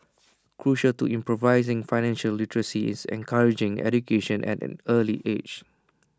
crucial to improving financial literacy is encouraging education at an early age